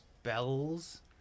spells